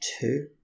Two